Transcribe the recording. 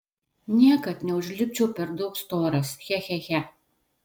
niekad neužlipčiau per daug storas che che che